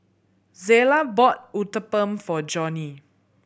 Zela bought Uthapam for Johny